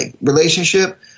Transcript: relationship